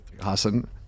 Hassan